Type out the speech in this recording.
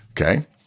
okay